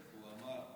איך הוא אמר?